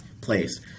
place